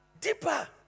deeper